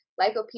lycopene